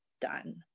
done